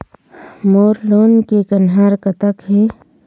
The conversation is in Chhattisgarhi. मोर लोन के कन्हार कतक हे?